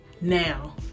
now